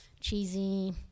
Cheesy